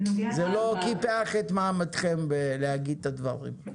זה לא קיפח את מעמדכם בלהגיד את הדברים.